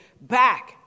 back